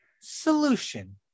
Solution